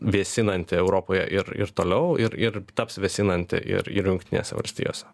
vėsinanti europoje ir ir toliau ir ir taps vėsinanti ir ir jungtinėse valstijose